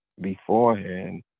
beforehand